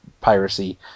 piracy